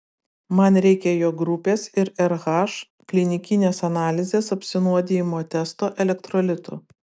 man reikia jo grupės ir rh klinikinės analizės apsinuodijimo testo elektrolitų